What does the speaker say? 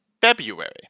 February